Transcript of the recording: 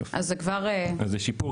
יופי, אז זה כבר --- אז זה שיפור.